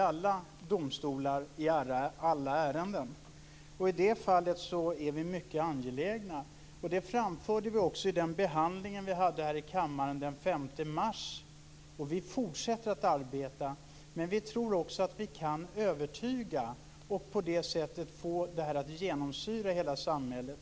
alla domstolar i alla ärenden. I det fallet är vi mycket angelägna. Det framförde vi också vid den behandling vi hade här i kammaren den 5 mars, och vi fortsätter att arbeta. Men vi tror också att vi kan övertyga och på det sättet få det här att genomsyra hela samhället.